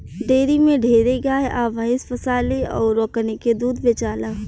dairy में ढेरे गाय आ भइस पोसाली अउर ओकनी के दूध बेचाला